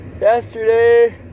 Yesterday